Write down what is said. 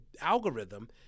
algorithm